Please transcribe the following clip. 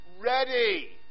ready